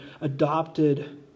adopted